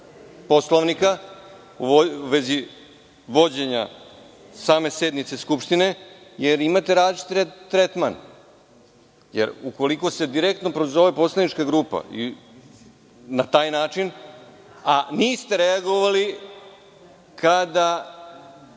Poslovnika u vezi vođenja same sednice Skupštine, jer imate različit tretman. Ukoliko se direktno prozove poslanička grupa i na taj način, a niste reagovali kada